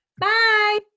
bye